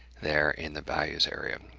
there in the values area.